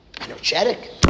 Energetic